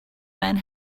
men